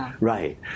Right